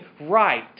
right